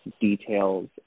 details